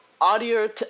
audio